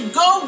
go